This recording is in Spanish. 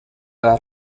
las